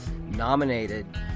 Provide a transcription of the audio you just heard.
nominated